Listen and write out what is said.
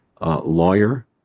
lawyer